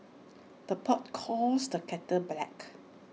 the pot calls the kettle black